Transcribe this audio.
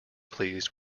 pleased